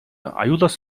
аюулаас